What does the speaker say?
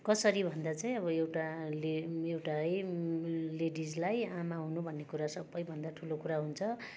कसरी भन्दा चाहिँ अब एउटाले एउटा है लेडिजलाई आमा हुनु भन्ने कुरा सबैभन्दा ठुलो कुरा हुन्छ